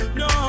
no